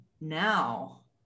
now